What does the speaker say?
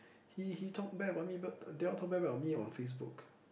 he he talk bad about me but they all talk bad about me on Facebook